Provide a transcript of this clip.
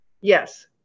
Yes